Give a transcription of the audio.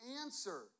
answer